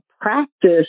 practice